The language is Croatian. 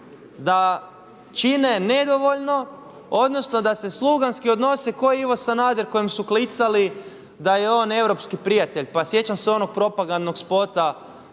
da čine nedovoljno, odnosno da se sluganski odnose ko Ivo Sanader kojem su klicali da je on europski prijatelj. Pa sjećam se onog propagandnog spota